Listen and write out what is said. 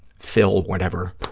fill whatever